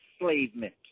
enslavement